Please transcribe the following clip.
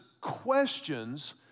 questions